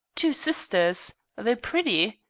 two sisters! they pretty?